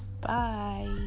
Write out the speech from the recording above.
bye